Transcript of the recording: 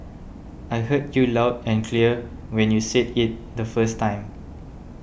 I heard you loud and clear when you said it the first time